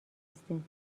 هستیم